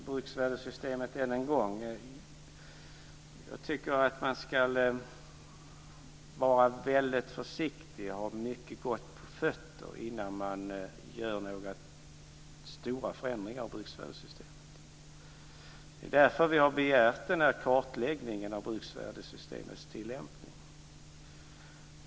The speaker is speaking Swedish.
Fru talman! Jag tycker att man ska vara väldigt försiktig och ha mycket gott på fötter innan man gör några stora förändringar av bruksvärdessystemet. Det är därför vi har begärt kartläggningen av bruksvärdessystemets tillämpning.